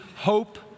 hope